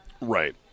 Right